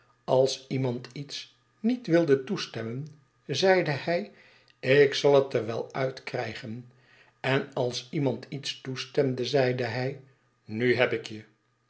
als iemand iets niet wilde toestemmen zeide hij ik zal het er wel uit krijgen en als iemand iets toestemde zeide hij nu heb ik je